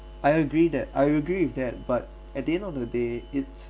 I agree that I agree with that but at the end of the day it's